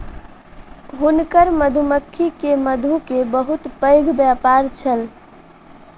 हुनकर मधुमक्खी के मधु के बहुत पैघ व्यापार छल